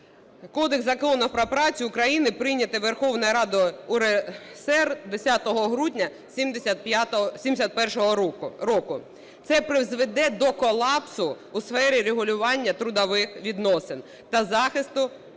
Кодекс законів про працю України прийнятий Верховною Радою УРСР 10 грудня 71-го року. Це призведе до колапсу у сфері регулювання трудових відносин та захисту прав